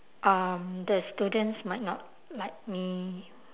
um the students might not like me